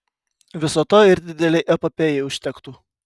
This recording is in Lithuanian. viso to ir didelei epopėjai užtektų